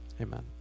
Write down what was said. Amen